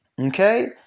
Okay